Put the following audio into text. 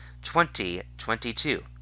2022